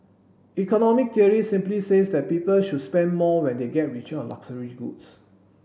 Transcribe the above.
economic theory simply says that people should spend more when they get richer on luxury goods